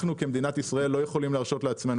אנחנו כמדינת ישראל לא יכולים להרשות לעצמנו